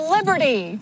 Liberty